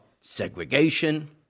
segregation